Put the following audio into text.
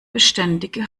beständige